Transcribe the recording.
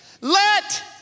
let